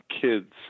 kids